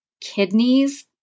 kidneys